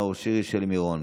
נאור שירי ושלי מירון,